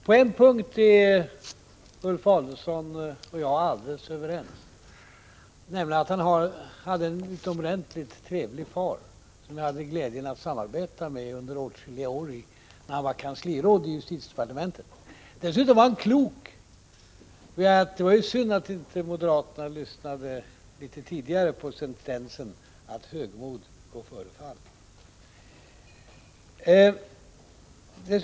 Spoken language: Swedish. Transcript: På en punkt är Ulf Adelsohn och jag alldeles överens, nämligen att han hade en utomordentligt trevlig far, som jag under åtskilliga år hade glädjen att samarbeta med i riksdagen medan denne var kansliråd i justitiedepartementet. Dessutom var det en klok karl. Det var synd att moderaterna inte lyssnade litet tidigare på sentensen att högmod går före fall.